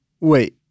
Wait